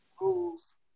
rules